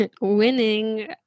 Winning